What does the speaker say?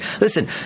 Listen